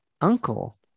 uncle